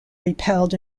repelled